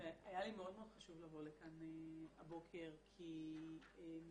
והיה לי מאוד מאוד חשוב לבוא לכאן הבוקר כי לפגוש